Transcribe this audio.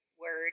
word